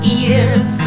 ears